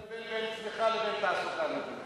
אתה מבלבל בין צמיחה לבין תעסוקה, אדוני.